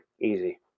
Easy